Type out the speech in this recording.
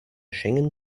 schengen